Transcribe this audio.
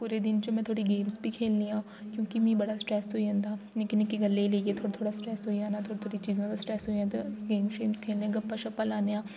पूरे दिन च में थोह्ड़ी गेम्स बी खेलनियां क्योंकि मिगी बड़ा स्ट्रेस होई जन्दा नि'क्की नि'क्की गल्लै ई लेइयै थोह्ड़ा थोह्ड़ा स्ट्रेस होई जाना थोह्ड़ी थोह्ड़ी चीज़ें दा स्ट्रेस होई जन्दा अस गेम्स शेम्स खे'ल्लने गप्पां शप्पां लानै आं